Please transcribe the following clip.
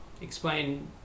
explain